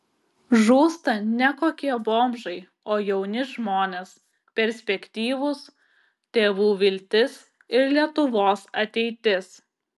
žūsta ne kokie bomžai o jauni žmonės perspektyvūs tėvų viltis ir lietuvos ateitis